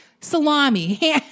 Salami